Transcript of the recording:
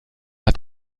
hat